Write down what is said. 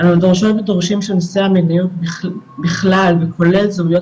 אנחנו דורשות ודורשים שנושא המיניות בכלל וכולל זהויות